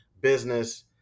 business